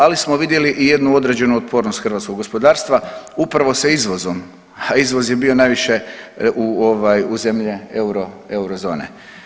Ali smo vidjeli i jednu određenu otpornost hrvatskog gospodarstva upravo sa izvozom, a izvoz je bio najviše u zemlje eurozone.